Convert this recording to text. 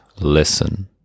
listen